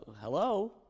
hello